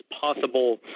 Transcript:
possible